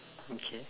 okay